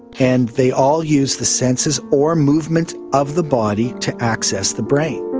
and they all use the senses or movement of the body to access the brain.